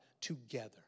together